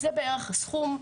זה בערך הסכום.